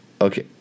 okay